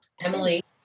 Emily